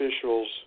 officials